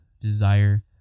desire